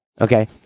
Okay